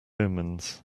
omens